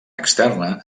externa